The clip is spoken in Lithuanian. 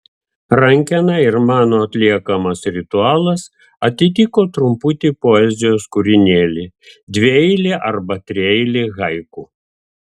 rankena ir mano atliekamas ritualas atitiko trumputį poezijos kūrinėlį dvieilį arba trieilį haiku